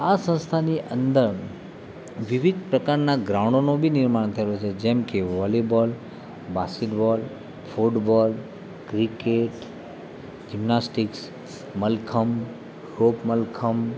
આ સંસ્થાની અંદર વિવિધ પ્રકારના ગ્રાઉન્ડોનું બી નિર્માણ કર્યું છે જેમ કે volleyball basketball football cricket gymnastics mallakhamb folk mallakhamb